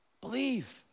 believe